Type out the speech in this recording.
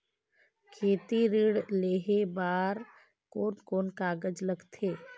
खेती ऋण लेहे बार कोन कोन कागज लगथे?